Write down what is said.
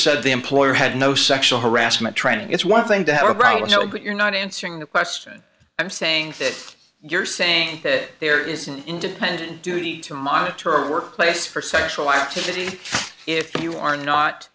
said the employer had no sexual harassment training it's one thing to have a broken window but you're not answering the question i'm saying that you're saying that there is an independent duty to monitor a workplace for sexual activity if you are